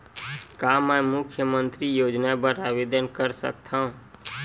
का मैं मुख्यमंतरी योजना बर आवेदन कर सकथव?